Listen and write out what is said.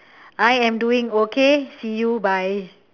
I am doing okay see you bye